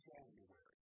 January